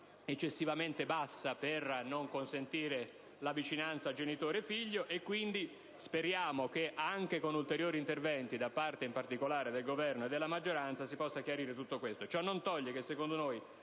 eccessivamente bassa, tale da non consentire la vicinanza tra genitore e figlio, e quindi speriamo che, anche con ulteriori interventi da parte del Governo e della maggioranza, si possa chiarire tutto questo. Ciò non toglie che secondo noi